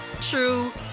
true